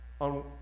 on